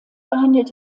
behandelt